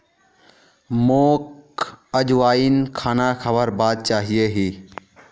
मोक अजवाइन खाना खाबार बाद चाहिए ही